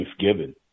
Thanksgiving